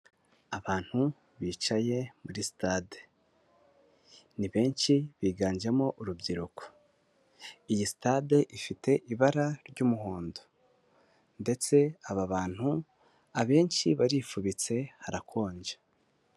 Abantu bicaye muri sitade, ni benshi biganjemo urubyiruko, iyi sitade ifite ibara ry'umuhondo ndetse aba bantu abenshi barifubitse, harakonje.